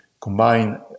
combine